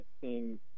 seeing